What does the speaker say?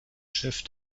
chef